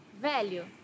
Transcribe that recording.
Velho